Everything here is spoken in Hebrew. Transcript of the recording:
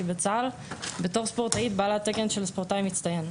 בצה"ל בתור ספורטאית בעלת תקן ספורטאי מצטיין.